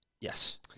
Yes